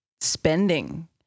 spending